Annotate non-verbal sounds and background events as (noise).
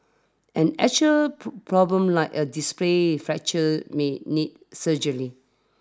an actual (unintelligible) problem like a displaced fracture may need surgery